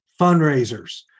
fundraisers